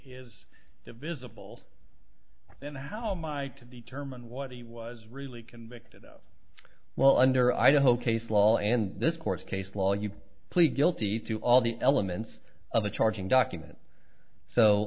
is divisible and how my to determine what he was really convicted of well under idaho case law and this court case law you plead guilty to all the elements of the charging document so